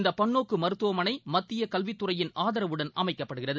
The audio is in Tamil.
இந்த பன்னோக்கு மருத்துவமனை மத்திய கல்வித்துறையின் ஆதரவுடன் அமைக்கப்படுகிறது